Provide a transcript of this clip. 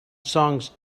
songs